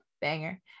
banger